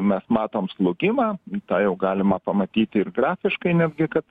mes matom slūgimą tą jau galima pamatyti ir grafiškai netgi kad